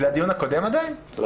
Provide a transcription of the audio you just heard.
אני